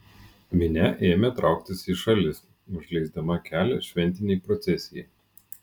minia ėmė trauktis į šalis užleisdama kelią šventinei procesijai